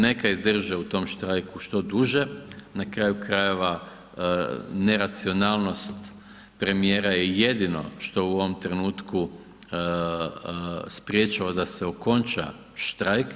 Neka izdrže u tom štrajku što duže, na kraju krajeva neracionalnost premijera je jedino što u ovom trenutku sprječava da se okonča štrajk.